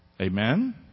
Amen